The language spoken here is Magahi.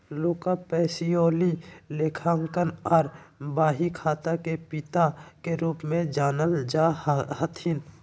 लुका पैसीओली लेखांकन आर बहीखाता के पिता के रूप मे जानल जा हथिन